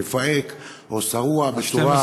מפהק או שרוע בצורה,